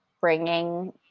bringing